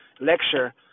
lecture